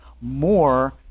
more